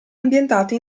ambientata